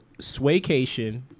Swaycation